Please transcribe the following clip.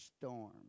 storm